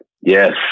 Yes